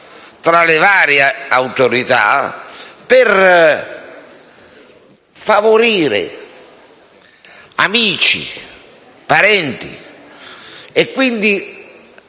con le varie autorità per favorire amici e parenti e, quindi,